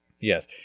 Yes